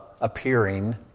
appearing